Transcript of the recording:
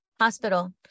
hospital